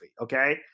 Okay